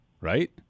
right